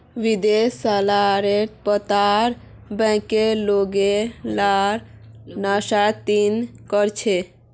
विदेशत सलादेर पत्तार बगैर लोग लार नाश्ता नि कोर छे